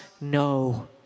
no